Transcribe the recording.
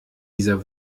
dieser